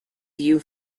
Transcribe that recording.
view